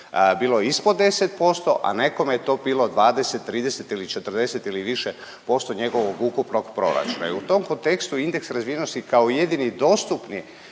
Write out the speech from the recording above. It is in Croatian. bilo ispod 10%, a nekome je to bilo 20, 30 ili 40 ili više posto njegovog ukupnog proračuna i u tom kontekstu, indeks razvijenosti kao jedini dostupni